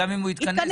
גם אם הוא התכנס,